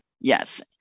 Yes